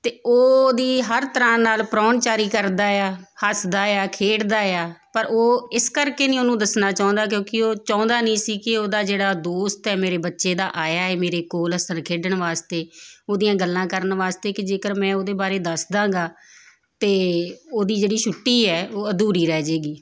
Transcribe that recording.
ਅਤੇ ਉਹ ਉਹਦੀ ਹਰ ਤਰ੍ਹਾਂ ਨਾਲ ਪ੍ਰਾਹੁਣਚਾਰੀ ਕਰਦਾ ਆ ਹੱਸਦਾ ਆ ਖੇਡਦਾ ਆ ਪਰ ਉਹ ਇਸ ਕਰਕੇ ਨਹੀਂ ਉਹਨੂੰ ਦੱਸਣਾ ਚਾਹੁੰਦਾ ਕਿਉਂਕਿ ਉਹ ਚਾਹੁੰਦਾ ਨਹੀਂ ਸੀ ਕਿ ਉਹਦਾ ਜਿਹੜਾ ਦੋਸਤ ਹੈ ਮੇਰੇ ਬੱਚੇ ਦਾ ਆਇਆ ਹੈ ਮੇਰੇ ਕੋਲ ਹੱਸਣ ਖੇਡਣ ਵਾਸਤੇ ਉਹਦੀਆਂ ਗੱਲਾਂ ਕਰਨ ਵਾਸਤੇ ਕਿ ਜੇਕਰ ਮੈਂ ਉਹਦੇ ਬਾਰੇ ਦੱਸ ਦੇਵਾਂਗਾ ਤਾਂ ਉਹਦੀ ਜਿਹੜੀ ਛੁੱਟੀ ਹੈ ਉਹ ਅਧੂਰੀ ਰਹਿ ਜਾਵੇਗੀ